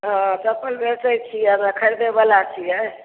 हँ चपल बेचैत छी हमे खरिदैबला छियै